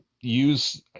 use